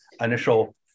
initial